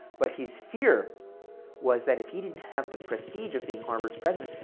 but his fear was that, if he didn't have the prestige of being harvard's president,